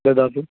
ददातु